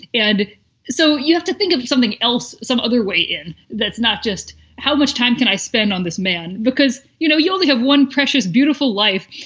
and so you have to think of something else some other way in. that's not just how much time can i spend on this man, because, you know, you only have one precious, beautiful life.